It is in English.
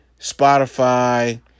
Spotify